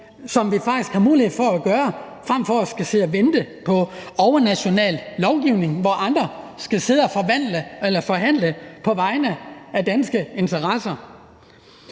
som vi faktisk har mulighed for at gøre, fremfor at sidde og vente på overnational lovgivning, hvor andre skal sidde og forhandle på vegne af danske interesser.